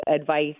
advice